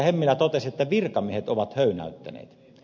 hemmilä totesi että virkamiehet ovat höynäyttäneet